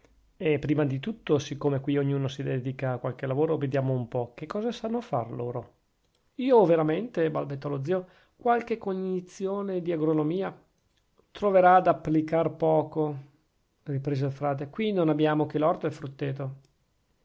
e prima di tutto siccome qui ognuno si dedica a qualche lavoro vediamo un po che cosa sanno far loro io veramente balbettò lo zio qualche cognizione di agronomia troverà da applicar poco riprese il padre qui non abbiamo che l'orto e il frutteto